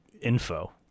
info